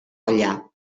olla